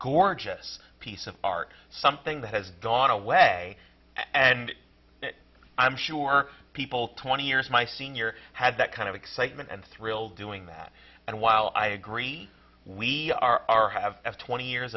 gorgeous piece of art something that has gone away and i'm sure people twenty years my senior had that kind of excitement and thrill doing that and while i agree we are have at twenty years